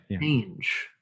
change